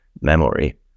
memory